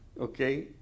okay